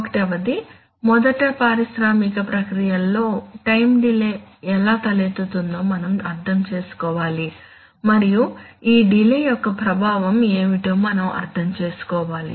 ఒకటవది మొదట పారిశ్రామిక ప్రక్రియలలో టైం డిలే ఎలా తలెత్తుతుందో మనం అర్థం చేసుకోవాలి మరియు ఈ డిలే యొక్క ప్రభావం ఏమిటో మనం అర్థం చేసుకోవాలి